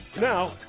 Now